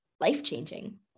life-changing